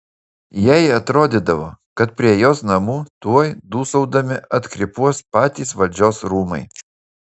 jai atrodydavo kad prie jos namų tuoj dūsaudami atkrypuos patys valdžios rūmai